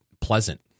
pleasant